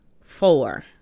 four